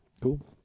Cool